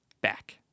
back